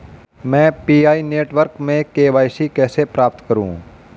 मैं P I network में KYC कैसे प्राप्त करूँ?